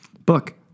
Book